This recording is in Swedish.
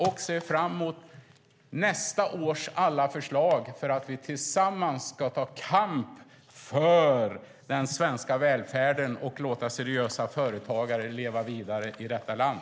Jag ser fram mot nästa års alla förslag och att vi tillsammans ska ta kamp för den svenska välfärden och låta seriösa företagare leva vidare i detta land.